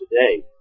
today